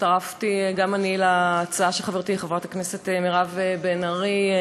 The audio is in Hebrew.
הצטרפתי גם אני להצעה של חברתי חברת הכנסת מירב בן ארי.